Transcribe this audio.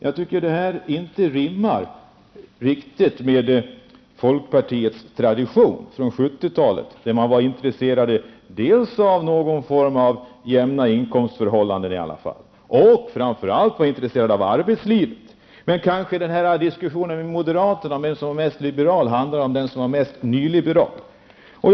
Jag tycker att den inte riktigt rimmar med folkpartiets tradition från 70-talet när man var intresserade av i varje fall någon form av jämna inkomstförhållanden och framför allt av arbetslivet. Kanske diskussionen med moderaterna om vem som är mest liberal egentligen handlar om vem som är mest nyliberal?